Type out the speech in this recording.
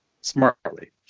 smartly